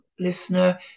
listener